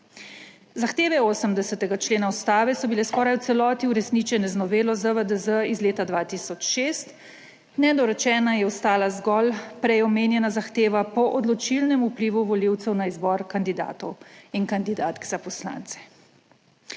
Zahteve 80. člena Ustave so bile skoraj v celoti uresničene z novelo ZVDZ iz leta 2006, nedorečena je ostala zgolj prej omenjena zahteva po odločilnem vplivu volivcev na izbor kandidatov in kandidatk za poslance.